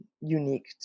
unique